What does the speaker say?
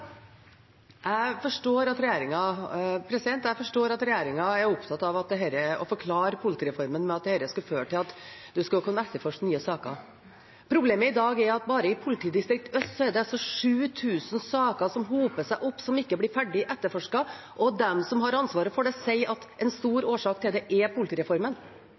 Jeg forstår at regjeringen er opptatt av å forklare politireformen med at den skulle føre til at en skulle kunne etterforske nye saker. Problemet i dag er at bare i Øst politidistrikt er det 7 000 saker som hoper seg opp, som ikke blir ferdig etterforsket. De som har ansvaret for det, sier at en stor årsak til det er politireformen.